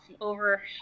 over